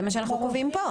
זה מה שאנחנו קובעים פה.